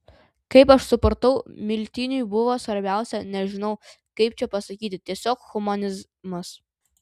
kaip aš supratau miltiniui buvo svarbiausia nežinau kaip čia pasakyti tiesiog humanizmas